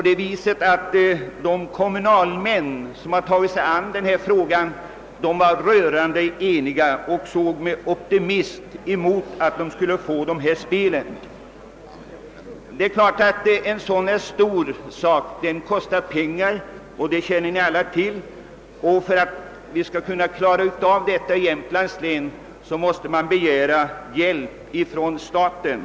De kommunalmän som tagit sig an denna uppgift var rörande eniga och såg med optimism fram emot ett beslut om förläggande av 1976 års olympiska vinterspel till Östersund. Det är klart att ett sådant stort arrangemang måste kosta oerhört mycket pengar; det känner vi alla till. För att kunna täcka kostnaderna måste därför Jämtlands län begära hjälp av staten.